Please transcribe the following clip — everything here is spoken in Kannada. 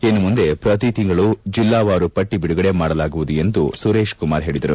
ಇನ್ನು ಮುಂದೆ ಪ್ರತಿ ತಿಂಗಳು ಜಿಲ್ಲಾವಾರು ಪಟ್ಟಿಯನ್ನು ವಾರದೊಳಗೆ ಬಿಡುಗಡೆ ಮಾಡಲಾಗುವುದು ಎಂದು ಸುರೇಶ್ ಕುಮಾರ್ ಹೇಳಿದರು